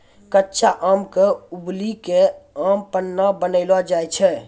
कच्चा आम क उबली कॅ आम पन्ना बनैलो जाय छै